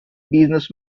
business